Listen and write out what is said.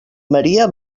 maria